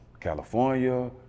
California